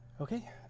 Okay